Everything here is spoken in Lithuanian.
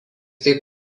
taip